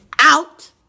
out